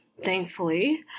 thankfully